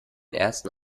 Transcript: ersten